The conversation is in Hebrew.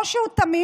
או שהוא תמים